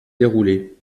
déroulée